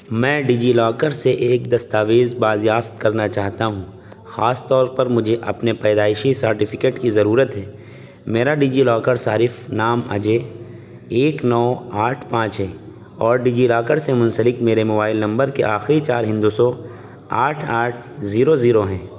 میں DigiLocker سے ایک دستاویز بازیافت کرنا چاہتا ہوں خاص طور پر مجھے اپنے پیدائشی سرٹیفکیٹ کی ضرورت ہے میرا ڈیجی لاکر صارف نام اجے ایک نو آٹھ پانچ ہے اور ڈیجی لاکر سے منسلک میرے موبائل نمبر کے آخری چار ہندسے آٹھ آٹھ زیرو زیرو ہیں